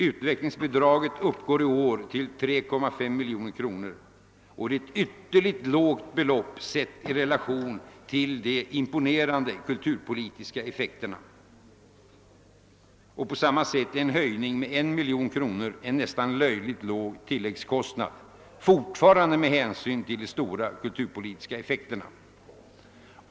Utvecklingsbidraget uppgår i år till sammanlagt 3,5 miljoner kronor, och det är ett ytterligt lågt belopp, sett i relation till de imponerande kulturpolitiska effekterna. På samma sätt är en höjning med 1 miljon kronor en nästan löjligt låg tilläggskostnad, forfarande med hänsyn till de stora kulturpolitiska effekterna.